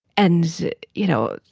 and it you know,